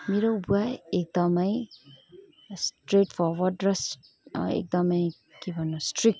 मेरो बुवा एकदमै स्ट्रेट फरवार्ड र एकदमै के भन्नु स्ट्रिक्ट